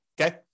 Okay